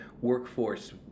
workforce